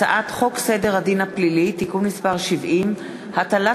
הצעת חוק סדר הדין הפלילי (תיקון מס' 70) (הטלת